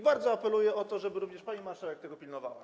Bardzo apeluję o to, żeby również pani marszałek tego pilnowała.